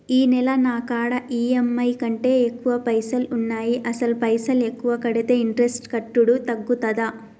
ఈ నెల నా కాడా ఈ.ఎమ్.ఐ కంటే ఎక్కువ పైసల్ ఉన్నాయి అసలు పైసల్ ఎక్కువ కడితే ఇంట్రెస్ట్ కట్టుడు తగ్గుతదా?